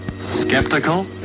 Skeptical